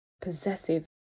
possessive